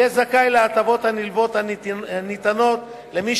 יהיה זכאי להטבות הנלוות הניתנות למי